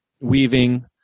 weaving